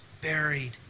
buried